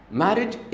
marriage